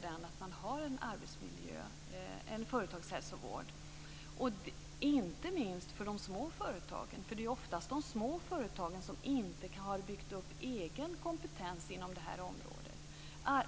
att man har en företagshälsovård, inte minst för de små företagen. Det är ju oftast de små företagen som inte har byggt upp egen kompetens inom det här området.